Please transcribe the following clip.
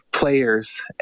Players